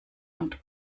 und